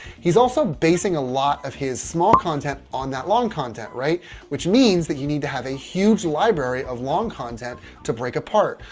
he's also basing a lot of his small content on that long content, right which means that you need to have a huge library of long content to break apart.